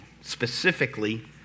Specifically